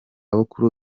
bukuru